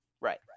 Right